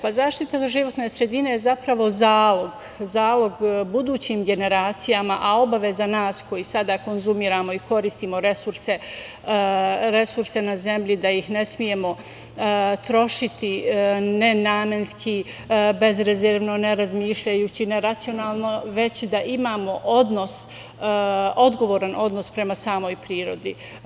Pa, zaštita životne sredine je zapravo zalog budućim generacijama, a obaveza nas koji sada konzumiramo i koristimo resurse na zemlji da ih ne smemo trošiti nenamenski, bezrezervno, ne razmišljajući, neracionalno, već da imamo odgovoran odnos prema samoj prirodi.